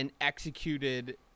executed